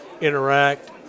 interact